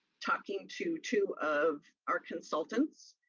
talking to two of our consultants,